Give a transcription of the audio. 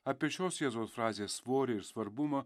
apie šios jėzaus frazės svorį ir svarbumą